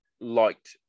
liked